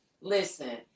Listen